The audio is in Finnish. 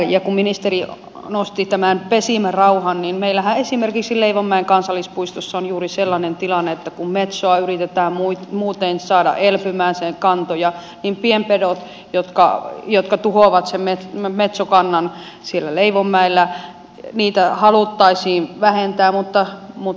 ja kun ministeri nosti tämän pesimärauhan niin meillähän esimerkiksi leivonmäen kansallispuistossa on juuri sellainen tilanne että kun metsoa yritetään muuten saada elpymään sen kantoja niin pienpetoja jotka tuhoavat sen metsokannan siellä leivonmäellä haluttaisiin vähentää mutta ei voida